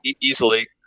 easily